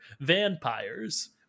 vampires